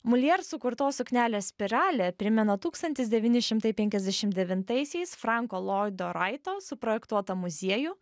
mulier sukurtos suknelės spiralė primena tūkstantis devyni šimtai penkiasdešim devintaisiais franko loido raito suprojektuotą muziejų